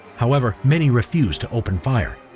however, many refused to open fire.